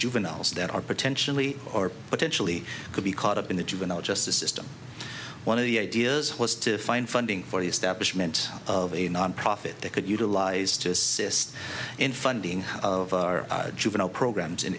juveniles that are potentially or potentially could be caught up in the juvenile justice system one of the ideas was to find funding for the establishment of a nonprofit they could utilize to assist in funding of our juvenile programs in